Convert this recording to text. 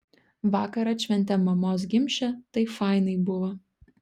vakar atšventėm mamos gimšę tai fainai buvo